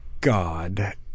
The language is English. God